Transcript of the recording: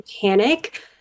panic